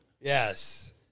Yes